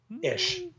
Ish